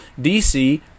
DC